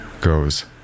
goes